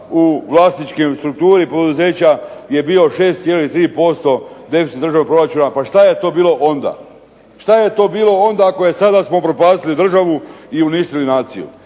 u vlasničkoj strukturi poduzeća je bio 6,3% deficit državnog proračuna. Pa šta je to bilo onda? Šta je to bilo onda ako je sada smo upropastili državu i uništili naciju.